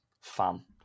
fan